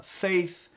faith